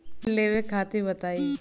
ऋण लेवे के तरीका बताई?